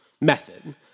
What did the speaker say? method